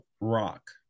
rock